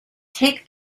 take